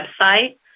website